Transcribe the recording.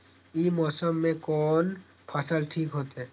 ई मौसम में कोन फसल ठीक होते?